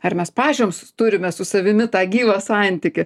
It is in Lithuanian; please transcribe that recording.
ar mes pačioms turime su savimi tą gyvą santykį